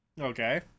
Okay